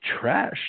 trash